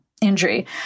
injury